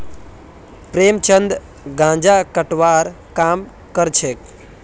प्रेमचंद गांजा कटवार काम करछेक